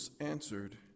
answered